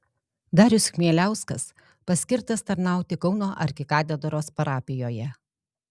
darius chmieliauskas paskirtas tarnauti kauno arkikatedros parapijoje